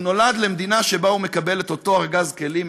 הוא נולד למדינה שבה הוא מקבל אותו ארגז כלים,